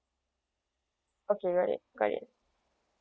okay got it got it